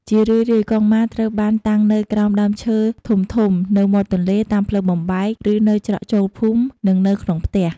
ជារឿយៗកុងម៉ាត្រូវបានតាំងនៅក្រោមដើមឈើធំៗ នៅមាត់ទន្លេ តាមផ្លូវបំបែក ឬនៅច្រកចូលភូមិ និងនៅក្នុងផ្ទះ។